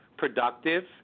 Productive